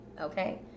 okay